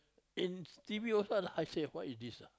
in T_V also I say what is this ah